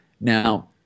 Now